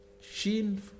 Sheen